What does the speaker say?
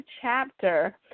chapter